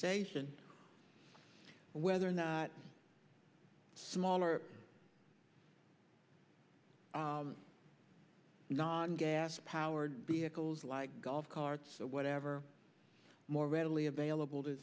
station whether in the smaller non gas powered vehicles like golf carts or whatever more readily available to